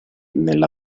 nella